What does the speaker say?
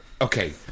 Okay